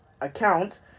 account